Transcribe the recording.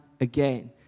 again